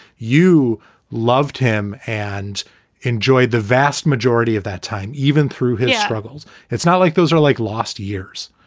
you loved him and enjoyed the vast majority of that time, even through his struggles it's not like those are like lost years.